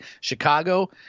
Chicago